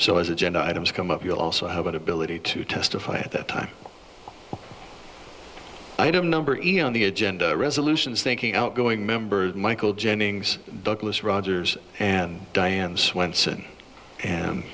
so as agenda items come up you will also have an ability to testify at that time item number on the agenda resolutions thinking out going members michael jennings douglas rogers and diane swenson and